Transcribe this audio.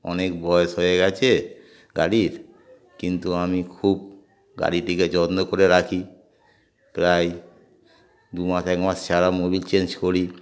অনেক বয়স হয়ে গেছে গাড়ির কিন্তু আমি খুব গাড়িটিকে যত্ন করে রাখি প্রায় দু মাস এক মাস ছাড়া মোবিল চেঞ্জ করি